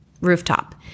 rooftop